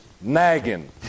nagging